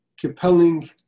compelling